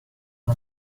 and